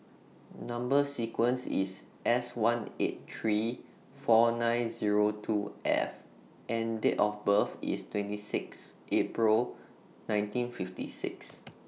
Number sequence IS S one eight three four nine Zero two F and Date of birth IS twenty six April nineteen fifty six